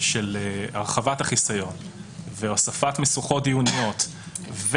של הרחבת החיסיון והוספת משוכות דיוניות,